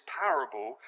parable